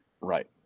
right